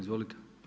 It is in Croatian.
Izvolite.